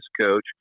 coach